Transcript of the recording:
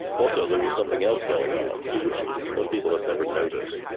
also there was something else going on, which most people had never noticed.